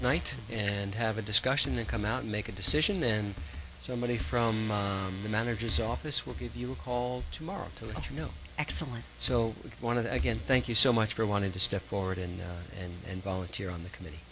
night and have a discussion that come out and make a decision then somebody from the manager's office will give you a call tomorrow to let you know excellent so one of the again thank you so much for i wanted to step forward and and and volunteer on the committee